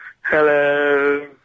Hello